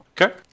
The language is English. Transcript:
Okay